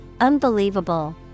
UNBELIEVABLE